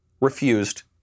refused